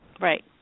Right